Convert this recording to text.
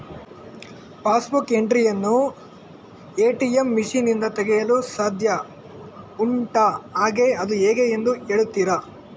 Pass book entry ಯನ್ನು ATM machine ನಿಂದ ತೆಗೆಯಲು ಸಾಧ್ಯ ಉಂಟಾ ಹಾಗೆ ಅದು ಹೇಗೆ ಎಂದು ಹೇಳುತ್ತೀರಾ?